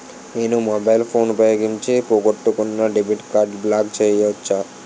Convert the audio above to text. నేను mobile phone ఉపయోగించి పోగొట్టుకున్న డెబిట్ కార్డ్ని బ్లాక్ చేయవచ్చా?